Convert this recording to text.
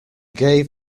gave